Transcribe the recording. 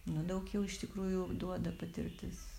nu daug jau iš tikrųjų duoda patirtis